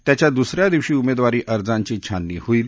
त्याच्या दुस या दिवशी उमेदवारी अर्जांची छाननी होईल